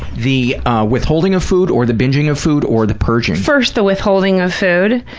the withholding of food or the binging of food or the purging? first the withholding of food,